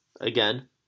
again